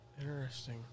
Interesting